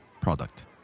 product